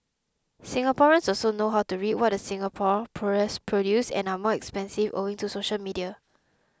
Singaporeans also know how to read what the Singapore press produces and are more expensive owing to social media